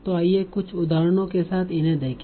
तो आइए कुछ उदाहरणों के साथ इन्हें देखें